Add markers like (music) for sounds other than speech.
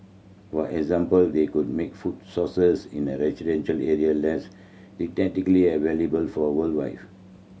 for example they could make food sources in residential areas less (unintelligible) available for a wildlife